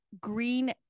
green